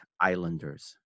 Islanders